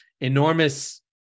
enormous